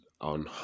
on